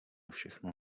všechno